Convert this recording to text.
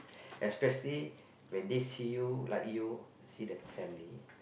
especially when they see you like you see the family